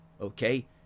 Okay